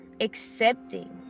accepting